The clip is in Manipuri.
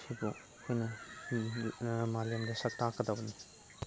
ꯁꯤꯕꯨ ꯑꯩꯈꯣꯏꯅ ꯃꯥꯂꯦꯝꯗ ꯁꯛ ꯇꯥꯛꯀꯗꯕꯅꯤ